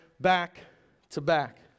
back-to-back